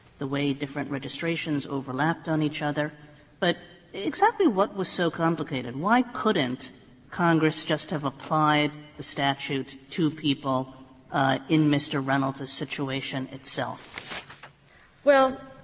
the way different registrations overhappened on each other but exactly what was so complicated? why couldn't congress just have applied the statute to people in mr. reynold's situation itself? cain well,